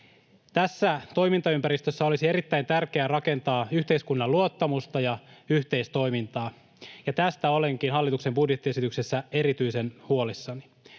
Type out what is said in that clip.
Tässä toimintaympäristössä olisi erittäin tärkeää rakentaa yhteiskunnan luottamusta ja yhteistoimintaa, ja tästä olenkin hallituksen budjettiesityksessä erityisen huolissani.